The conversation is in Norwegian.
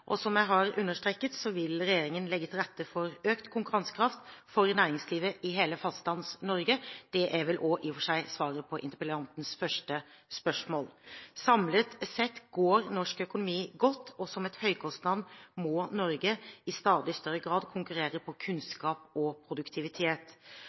Som jeg har understreket, vil regjeringen legge til rette for økt konkurransekraft for næringslivet i hele Fastlands-Norge. Det er vel i og for seg også svaret på interpellantens første spørsmål. Samlet sett går norsk økonomi godt. Som et høykostland må Norge i stadig større grad konkurrere innen kunnskap og produktivitet. Våre tiltak på